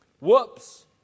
Whoops